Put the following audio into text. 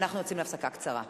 אנחנו יוצאים להפסקה קצרה.